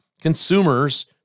Consumers